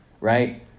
right